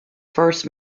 first